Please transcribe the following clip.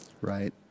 right